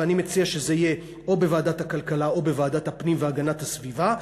ואני מציע שזה יהיה או בוועדת הכלכלה או בוועדת הפנים והגנת הסביבה,